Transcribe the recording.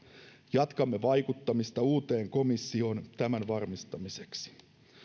jatkamme vaikuttamista uuteen komissioon tämän varmistamiseksi